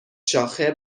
شاخه